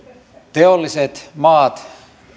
teolliset maat